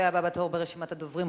והבא בתור ברשימת הדוברים,